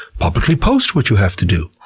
publicly post what you have to do.